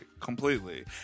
Completely